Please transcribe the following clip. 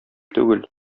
түгел